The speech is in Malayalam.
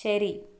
ശരി